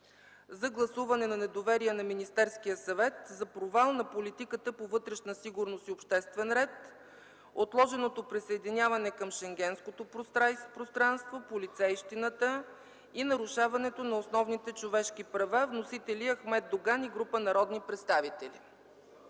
за гласуване на недоверие на Министерския съвет за провал на политиката по вътрешна сигурност и обществен ред, отложеното присъединяване към Шенгенското пространство, полицейщината и нарушаването на основните човешки права. Вносители: Ахмед Доган и група народни представители.